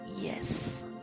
yes